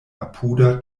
apuda